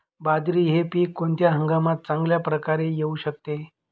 बाजरी हे पीक कोणत्या हंगामात चांगल्या प्रकारे येऊ शकते?